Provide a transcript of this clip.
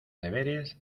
deberes